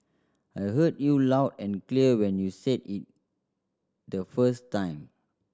I heard you loud and clear when you said it the first time